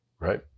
Right